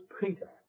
Peter